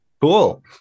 cool